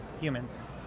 humans